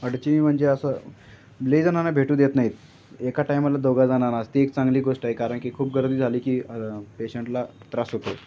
अडचणी म्हणजे असं लई जणांना भेटू देत नाहीत एका टायमाला दोघं जणांनाच ती एक चांगली गोष्ट आहे कारण की खूप गर्दी झाली की पेशंटला त्रास होतो